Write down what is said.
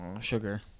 sugar